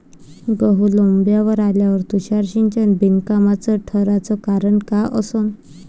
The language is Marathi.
गहू लोम्बावर आल्यावर तुषार सिंचन बिनकामाचं ठराचं कारन का असन?